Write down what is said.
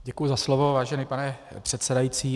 Děkuji za slovo, vážený pane předsedající.